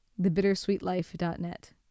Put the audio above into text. thebittersweetlife.net